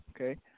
okay